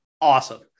awesome